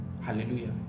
Hallelujah